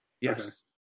yes